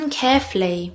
carefully